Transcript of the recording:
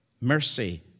Mercy